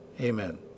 amen